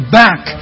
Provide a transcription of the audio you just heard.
back